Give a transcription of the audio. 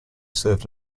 served